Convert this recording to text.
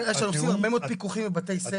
עושים הרבה מאוד פיקוחים לבתי ספר,